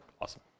awesome